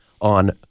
on